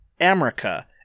America